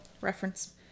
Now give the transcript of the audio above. reference